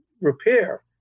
repair